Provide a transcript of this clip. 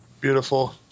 Beautiful